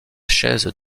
chaise